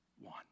one